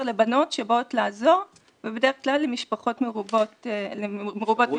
לבנות שבאות לעזור ובדרך כלל למשפחות מרובות ילדים,